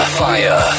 fire